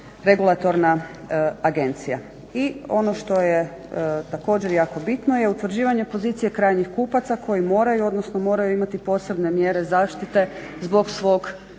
regulatorna agencija. I ono što je također jako bitno je utvrđivanje pozicije krajnjih kupaca koji moraju, odnosno moraju imati posebne mjere zaštite zbog svog